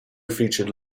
featured